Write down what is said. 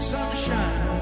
Sunshine